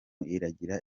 iragira